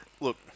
look